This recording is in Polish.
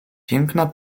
piękna